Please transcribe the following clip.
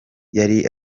yari